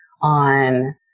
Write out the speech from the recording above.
on